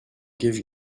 give